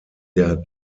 der